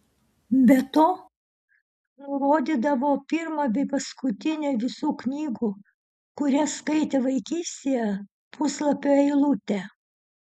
be to nurodydavo pirmą bei paskutinę visų knygų kurias skaitė vaikystėje puslapio eilutę